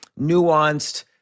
nuanced